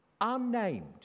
Unnamed